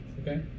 Okay